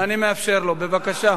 אני מאפשר לו, בבקשה.